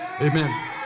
Amen